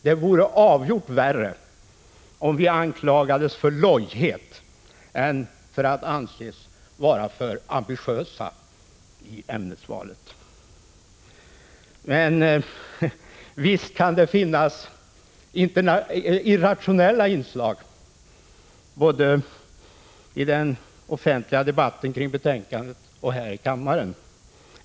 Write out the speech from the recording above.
Det vore avgjort värre om vi anklagades för lojhet än för att vara för ambitiösa i ämnesvalet — men visst kan det finnas irrationella inslag både i den offentliga debatten kring betänkandet och här i kammaren.